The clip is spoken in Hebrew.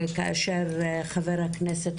כאשר חבר הכנסת,